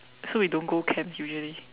so we don't go camps usually